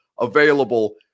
available